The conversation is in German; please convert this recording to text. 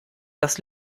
das